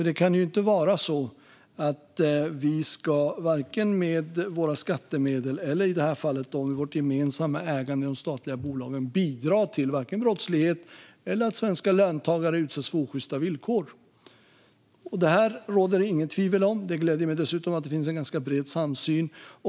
Det kan inte vara så att vi med våra skattemedel eller med vårt gemensamma ägande i de statliga bolagen bidrar till brottsligheten eller till att svenska löntagare utsätts för osjysta villkor. Det råder inga tvivel om detta. Det gläder mig dessutom att det finns en bred samsyn.